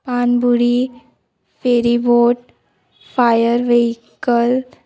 पान बुडी ferryboat fire wheel